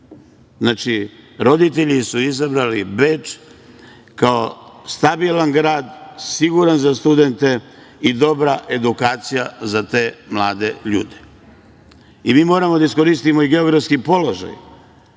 Beču. Roditelji su izabrali Beč kao stabilan grad, siguran za studente i dobra edukacija za te mlade ljude.15/1 MV/LŽ 12.40 – 12.50Mi moramo da iskoristimo i geografski položaj,